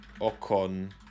Ocon